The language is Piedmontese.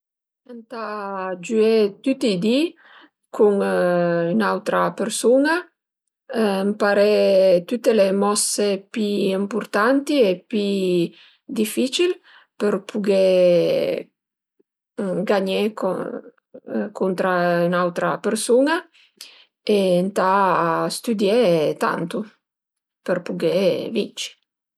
Ëntà giüé tüti i di cun ün'autra persun-a, ëmparé tüte le mosse pi ëmpurtanti e pi dificil për pughé gagné cuntra ün'autra persun-a e ëntà stüdié tantu për pughé vinci